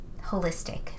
holistic